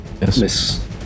Miss